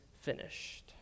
finished